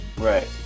Right